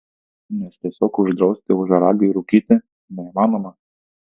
nes tiesiog uždrausti ožiaragiui rūkyti neįmanoma